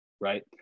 right